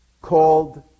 called